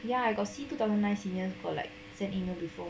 ya I got see two thousand nine seniors for like send email before